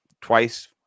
twice